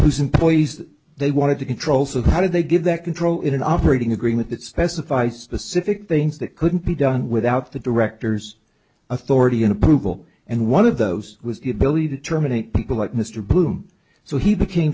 whose employees they wanted to control so how did they give that control in an operating agreement that specify specific things that couldn't be done without the directors authority an approval and one of those was you believe determining people like mr bloom so he became